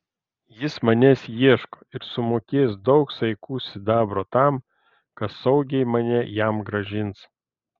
jis manęs ieško ir sumokės daug saikų sidabro tam kas saugiai mane jam grąžins